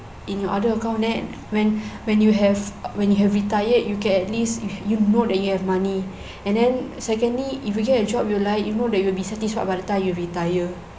in your other account then when when you have when you have retired you can at least if you know that you have money and then secondly if you get a job you like you know that you will be satisfied by the time you retire